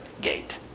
gate